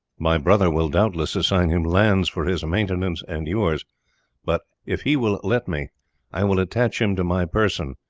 my brother will doubtless assign him lands for his maintenance and yours but if he will let me i will attach him to my person,